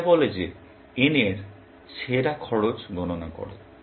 এটা বলে যে n এর সেরা খরচ গণনা কর